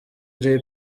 jay